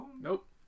nope